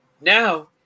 Now